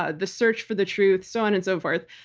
ah the search for the truth, so on and so forth.